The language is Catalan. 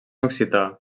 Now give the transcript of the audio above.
occità